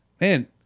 man